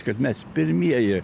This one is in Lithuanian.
kad mes pirmieji